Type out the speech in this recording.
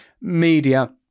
media